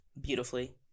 beautifully